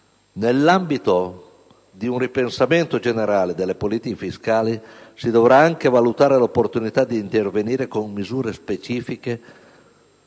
Nell'ambito di un ripensamento generale delle politiche fiscali si dovrà anche valutare l'opportunità di intervenire con misure specifiche